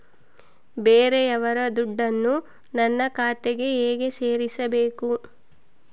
ಬೇರೆಯವರ ದುಡ್ಡನ್ನು ನನ್ನ ಖಾತೆಗೆ ಹೇಗೆ ಸೇರಿಸಬೇಕು?